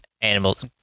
animals